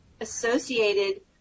associated